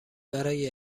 برای